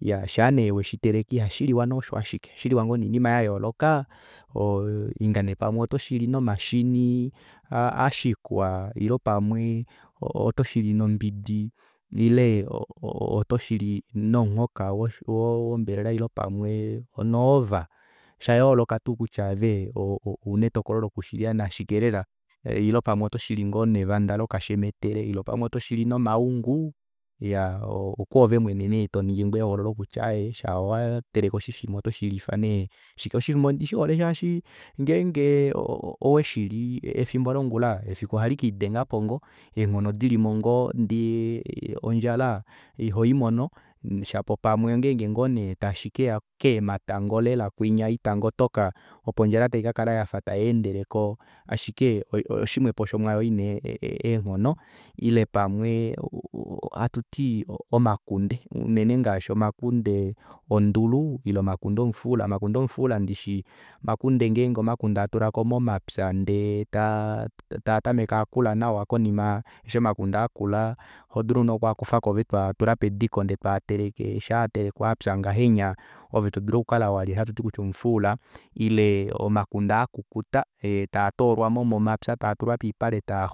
Iyaa shaanee weshiteleke ihashiliwa nee osho ashike ohashiliwa noinima yayooloka inga nee pamwe otoshili nomashini ashikwa ile pamwe otoshili nombidi ile pamwe onomuhoka wombelela ile pamwe onoova oshayooloka tuukutya aave ouna etokolo loku shilifa nashike lela ile pamwe otoshili ngoo nevanda lokashemetele ile pamwe otoshili nomaungo iyaa okwoove mwene toningi ngoo ehololo kutya aaye shaa wateleke oshifima otoshilifa shike oshifima ondishihole shaashi ngenge oweshili efiku efimbo longula efiku ohalikiidengapo ngoo eenghono dilimo ngoo ndee nodjala ihoimono shapo ongenge ngoo neepamwe tashikeya keematango kwinya oitango toka opo ondjala taikakala yafa tayeendeleko ashike oshimwepo shomwaayo ina eenghono ile pamwe ohatuti omakunde unene ngaashi omakunde ondulu ile omakunde omufuula omakunde omufuula ndishi omakunde ngenge atameke atulako momapya ndee tatameke akula nawa konima eshi omakunde akula odulu nee okwakufako ove twaateleke eshi apya ngahenya osho hatuti omufuula ile omakunde akukuta taatolwamo momapya taaxuwa